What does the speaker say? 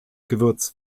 gewürz